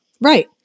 Right